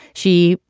she,